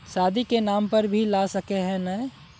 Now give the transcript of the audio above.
शादी के नाम पर भी ला सके है नय?